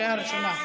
בקריאה ראשונה.